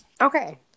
Okay